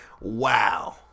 Wow